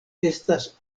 estas